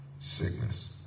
sickness